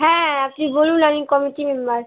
হ্যাঁ আপনি বলুন আমি কমিটি মেম্বার